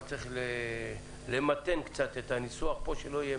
אבל צריך למתן קצת את הניסוח שלא יהיה